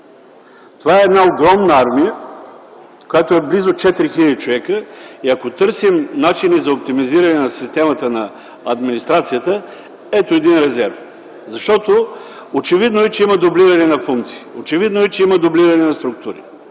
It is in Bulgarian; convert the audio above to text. Това е една огромна армия, която е близо 4000 човека и ако търсим начини за оптимизиране на системата на администрацията – ето един резерв, защото очевидно е, че има дублиране на функции, очевидно е, че има дублиране на структури.